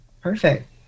Perfect